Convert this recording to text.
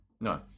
No